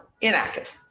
inactive